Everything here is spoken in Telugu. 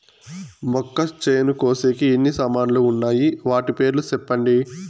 మొక్కచేను కోసేకి ఎన్ని సామాన్లు వున్నాయి? వాటి పేర్లు సెప్పండి?